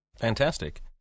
Fantastic